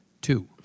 Two